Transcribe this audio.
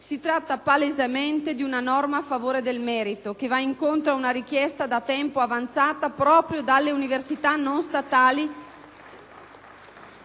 Si tratta palesemente di una norma a favore del merito, che va incontro ad una richiesta da tempo avanzata proprio dalle università non statali.